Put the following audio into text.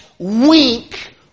weak